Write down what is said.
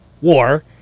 war